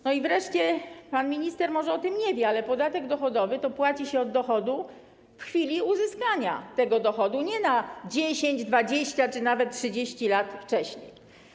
I wreszcie, pan minister może o tym nie wie, ale podatek dochodowy płaci się od dochodu w chwili uzyskania tego dochodu, nie na 10, 20 czy nawet 30 lat wcześniej.